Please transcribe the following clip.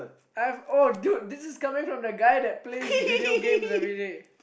I have oh dude this is coming from the guy that plays video games everyday